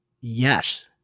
Yes